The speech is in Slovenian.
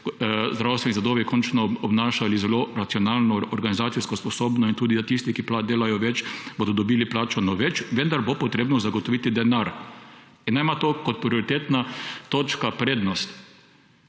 zdravstveni zidovi končno obnašali zelo racionalno, organizacijsko sposobno; in tudi tisti, ki delajo, bodo dobili plačano več, vendar bo potrebno zagotoviti denar. Nam je to kot prioritetna točka prednost.